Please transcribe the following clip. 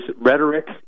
rhetoric